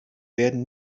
werden